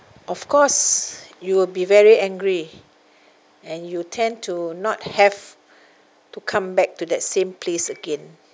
of course you will be very angry and you tend to not have to come back to that same place again